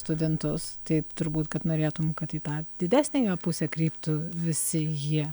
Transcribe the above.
studentus tai turbūt kad norėtum kad į tą didesniąją pusę kryptų visi jie